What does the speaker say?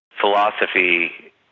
philosophy